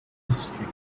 history